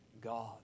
God